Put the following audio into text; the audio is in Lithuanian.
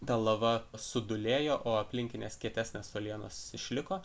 ta lava sudūlėjo o aplinkinės kietesnės uolienos išliko